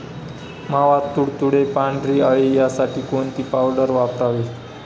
मावा, तुडतुडे, पांढरी अळी यासाठी कोणती पावडर वापरावी?